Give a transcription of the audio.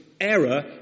Error